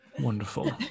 wonderful